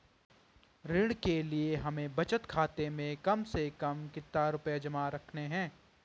ऋण के लिए हमें बचत खाते में कम से कम कितना रुपये जमा रखने हैं?